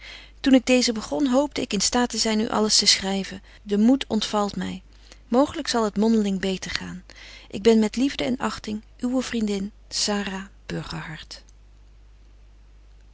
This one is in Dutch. toen ik deezen begon hoopte ik in staat te zyn u alles te schryven de moed ontvalt my mooglyk zal het mondeling beter gaan ik ben met liefde en achting uwe vriendin